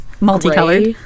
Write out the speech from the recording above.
multicolored